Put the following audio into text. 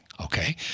okay